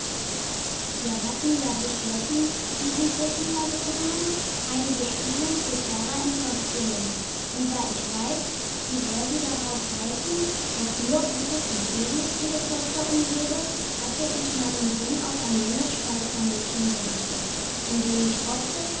wir hatten ja beschlossen wie sie wissen herr sesemann eine gespielin für klara ins haus zu nehmen und da ich ja weiß wie sehr sie darauf halten dass nur gutes und edles ihre tochter umgebe hatte ich meinen sinn auf ein junges schweizermädchen gerichtet indem ich hoffte